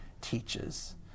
teaches